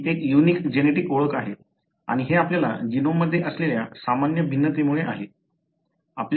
तुमची एक unique genetic ओळख आहे आणि हे आपल्या जीनोममध्ये असलेल्या सामान्य भिन्नतेमुळे आहे